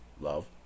love